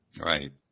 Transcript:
Right